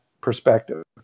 perspective